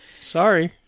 Sorry